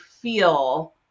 feel